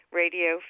radio